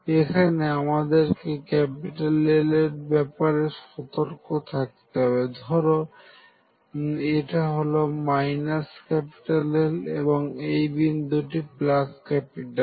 এখানে আমাদেরকে L এর ব্যাপারে সতর্ক থাকতে হবে ধরো এটা হল L এবং এই বিন্দুটি L